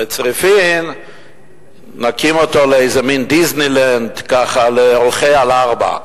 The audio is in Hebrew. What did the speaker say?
ובצריפין נקים איזה מין דיסנילנד ככה להולכי על ארבע,